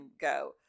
go